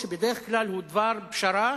שבדרך כלל הוא דבר פשרה